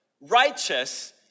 righteous